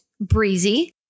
breezy